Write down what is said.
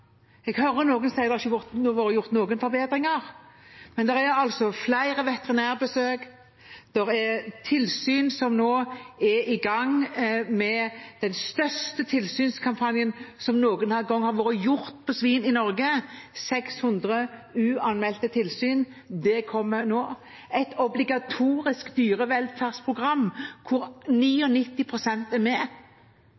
Jeg hører noen si at det ikke har vært gjort noen forbedringer. Men det er flere veterinærbesøk, det er tilsyn som nå er i gang, med den største tilsynskampanjen som noen gang har vært på svin i Norge. 600 uanmeldte tilsyn kommer nå. Et obligatorisk dyrevelferdsprogram hvor